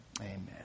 Amen